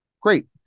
Great